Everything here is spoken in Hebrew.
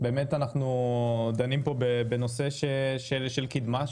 באמת אנחנו דנים פה בנושא של קידמה,